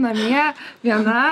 namie viena